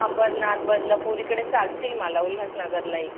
अंबरनाथ बदलापूर इकडे चालतील मला उल्हासनगरलाही